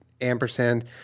ampersand